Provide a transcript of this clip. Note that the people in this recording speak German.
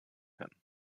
werden